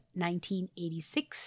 1986